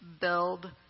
build